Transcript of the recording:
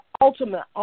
ultimate